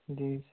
जी